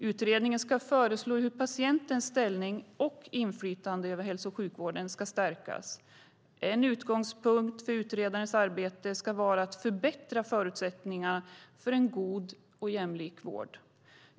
Utredningen ska föreslå hur patientens ställning inom och inflytande över hälso och sjukvården ska stärkas. En utgångspunkt för utredarens arbete ska vara att förbättra förutsättningarna för en god och jämlik vård.